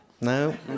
No